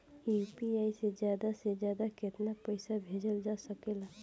UPI से ज्यादा से ज्यादा केतना पईसा भेजल जा सकेला?